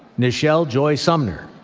nichelle joy sumner.